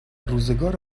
روزگار